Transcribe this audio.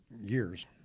years